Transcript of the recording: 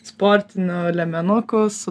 sportiniu liemenuku su